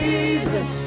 Jesus